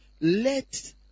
Let